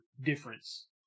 difference